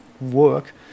work